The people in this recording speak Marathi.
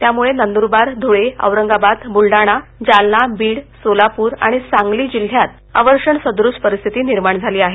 त्यामुळे नंद्रबार ध्रळे औरंगाबाद ब्लडाणा जालना बीड सोलापूर आणि सांगली जिल्ह्यांत अवर्षणसदृष परिस्थिती निर्माण झाली आहे